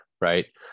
right